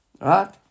Right